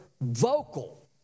vocal